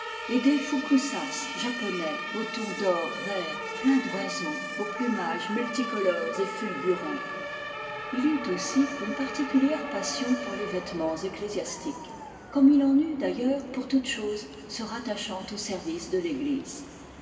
japonais aux tons d'or vert pleins d'oiseaux aux plumages multicolores et fulgurants eut aussi une particulière passion pour les vêtements ecclésiastiques comme il en eut d'ailleurs pour toute chose se rattachant au service de l'eglise